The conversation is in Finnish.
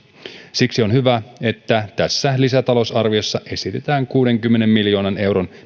siksi on hyvä että tässä lisätalousarviossa esitetään kuudenkymmenen miljoonan euron